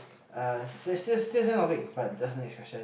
uh st~ still same topic but just next question